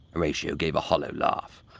horatio gave a hollow laugh.